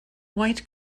white